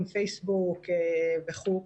פייסבוק וכו',